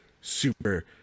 super